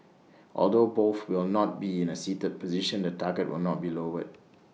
although both will not be in A seated position the target will not be lowered